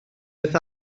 beth